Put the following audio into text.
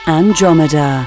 Andromeda